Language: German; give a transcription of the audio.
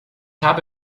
habe